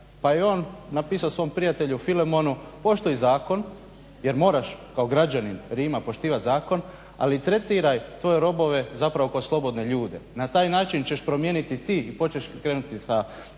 pa je on napisao svom prijatelju Filemonu poštuj zakon jer moraš kao građanin Rima poštivat zakon, ali tretiraj tvoje robove zapravo kao slobodne ljude. Na taj način ćeš promijeniti ti i …/Govornik se